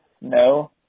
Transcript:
No